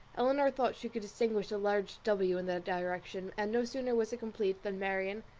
elinor thought she could distinguish a large w in the direction and no sooner was it complete than marianne,